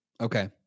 Okay